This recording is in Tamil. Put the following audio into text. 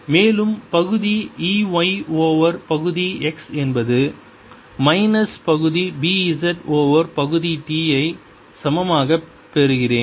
மேலும் பகுதி E y ஓவர் பகுதி x என்பது மைனஸ் பகுதி B z ஓவர் பகுதி t ஐ சமமாக பெறுகிறேன்